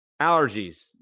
allergies